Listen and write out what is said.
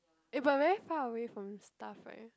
eh but very far away from stuff right